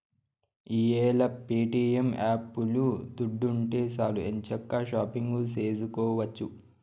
ఈ యేల ప్యేటియం యాపులో దుడ్డుంటే సాలు ఎంచక్కా షాపింగు సేసుకోవచ్చు